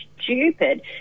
stupid